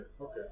Okay